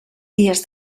dies